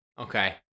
Okay